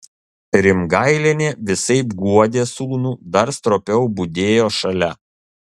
rimgailienė visaip guodė sūnų dar stropiau budėjo šalia